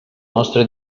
nostre